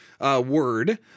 word